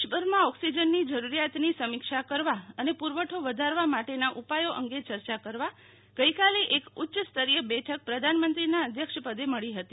દેશભરમાં ઓક્સિજનની જરૂરિયાતની સમીક્ષા કરવા અને પુરવઠો વધારવા માટેના ઉપાયો અંગે ચર્ચા કરવા આજે એક ઉચ્ચ સ્તરીય બેઠક પ્રધાનમંત્રીના અધ્યક્ષપદે મળી હતી